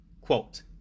quote